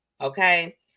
okay